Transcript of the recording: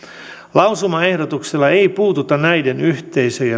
lausumaehdotuksella ei puututa näiden yhteisöjen